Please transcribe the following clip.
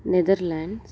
Netherlands